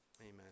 Amen